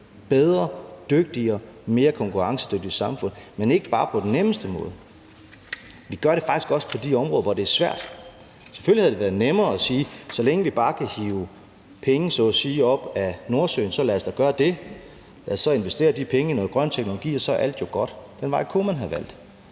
bedre, dygtigere og mere konkurrencedygtigt samfund – men ikke bare på den nemmeste måde. Vi gør det faktisk også på de områder, hvor det er svært. Selvfølgelig havde det været nemmere at sige: Så længe vi bare kan hive penge så at sige op af Nordsøen, så lad os da gøre det og så investere de penge i noget grøn teknologi, og så er alt jo godt. Den vej kunne man have valgt,